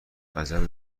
عجب